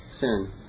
sin